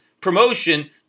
promotion